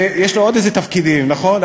יש לו עוד איזה תפקידים, נכון?